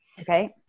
Okay